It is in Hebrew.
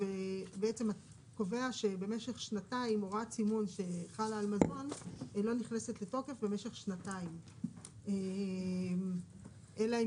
הוא קובע שהוראת סימון שחלה על מזון לא נכנסת לתוקף במשך שנתיים אלא אם